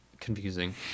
Confusing